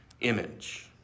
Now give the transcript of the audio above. image